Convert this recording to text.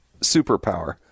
superpower